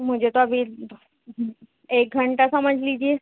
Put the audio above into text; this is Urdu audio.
مجھے تو ابھی ایک گھنٹہ سمجھ لیجیے